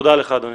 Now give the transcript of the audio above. תודה לך, אדוני.